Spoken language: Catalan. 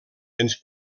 ens